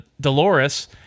Dolores